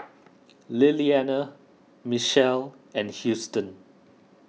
Lillianna Michel and Houston